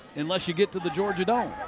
unless you get to the georgia dome.